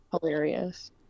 hilarious